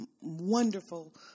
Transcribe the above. wonderful